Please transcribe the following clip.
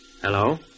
Hello